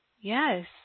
Yes